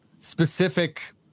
specific